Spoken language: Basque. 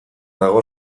dago